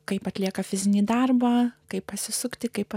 kaip atlieka fizinį darbą kaip pasisukti kaip